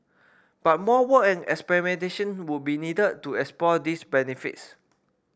but more work and experimentation would be needed to explore these benefits